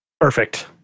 Perfect